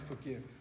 forgive